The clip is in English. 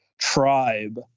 tribe